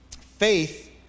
faith